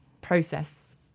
process